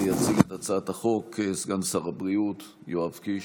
יציג את הצעת החוק סגן שר הבריאות יואב קיש,